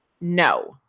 no